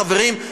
חברים,